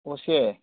ଓ ସିଏ